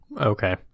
Okay